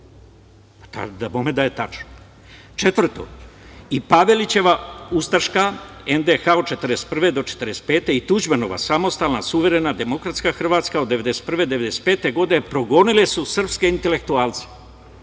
Dabome da je tačno. Četvrto, i Pavelićeva ustaška NDH od 1941. do 1945. godine i Tuđmanova samostalna, suverena, demokratska Hrvatska od 1991. do 1995. godine progonile su srpske intelektualce.